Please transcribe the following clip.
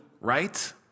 right